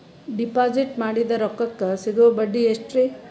Deposit ಮಾಡಿದ ರೊಕ್ಕಕೆ ಸಿಗುವ ಬಡ್ಡಿ ಎಷ್ಟ್ರೀ?